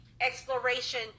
exploration